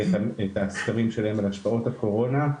ואת הסקרים שלהם על השפעות הקורונה.